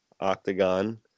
octagon